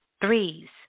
Threes